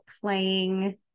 playing